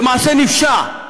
זה מעשה נפשע.